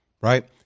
right